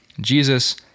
Jesus